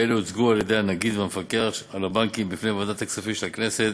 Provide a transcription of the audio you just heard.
ואלה הוצגו על-ידי הנגיד והמפקח על הבנקים בפני ועדת הכספים של הכנסת.